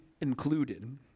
included